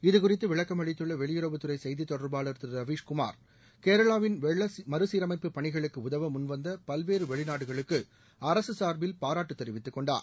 இதுகுறித்து விளக்கம் அளித்துள்ள வெளியுறவுத்துறை செய்தி தொடர்பாளர் திரு ரவீஷ்குமார் கேரளாவின் வெள்ள மறுசீரமைப்பு பணிகளுக்கு உதவ முன்வந்த பல்வேறு வெளிநாடுகளுக்கு அரசு சார்பில் பாராட்டு தெரிவித்துக்கொண்டார்